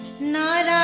nine